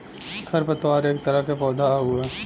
खर पतवार एक तरह के पौधा हउवे